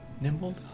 Nimble